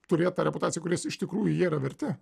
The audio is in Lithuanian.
turėt tą reputaciją kurios iš tikrųjų jie yra verti